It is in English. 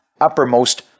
uppermost